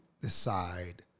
decide